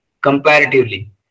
comparatively